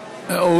רותם.